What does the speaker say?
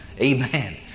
Amen